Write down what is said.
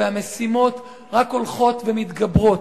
והמשימות רק הולכות ומתגברות.